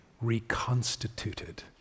reconstituted